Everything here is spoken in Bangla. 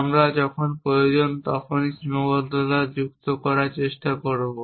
আমরা যখন প্রয়োজন তখনই সীমাবদ্ধতা যুক্ত করার চেষ্টা করব